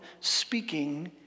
speaking